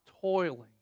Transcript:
toiling